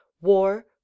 war